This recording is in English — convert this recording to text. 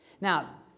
Now